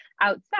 outside